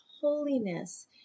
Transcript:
holiness